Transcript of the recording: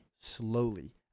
slowly